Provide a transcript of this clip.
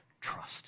trust